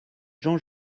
jean